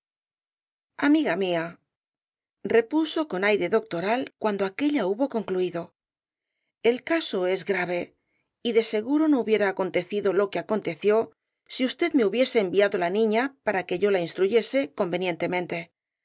amiga mía repuso con aire doctoral cuando aquélla hubo concluido el caso es grave y de seguro no hubiera acontecido lo que aconteció si usted me hubiese enviado la niña para que yo la